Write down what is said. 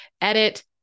edit